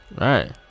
right